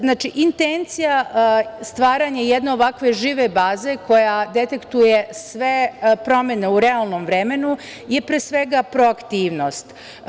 Znači, intencija stvaranja jedne ovakve žive baze koja detektuje sve promene u realnom vremenu je pre svega proaktivnost.